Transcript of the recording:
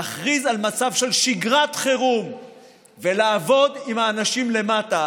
להכריז על מצב של שגרת חירום ולעבוד עם האנשים למטה,